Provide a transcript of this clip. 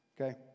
Okay